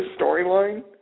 storyline